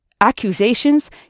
Accusations